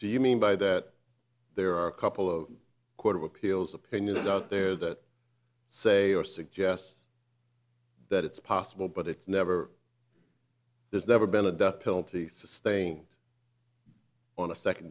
do you mean by that there are a couple of court of appeals opinions out there that say or suggest that it's possible but it's never there's never been a death penalty sustained on a second